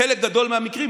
בחלק גדול מהמקרים,